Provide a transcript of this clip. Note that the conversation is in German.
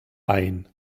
ein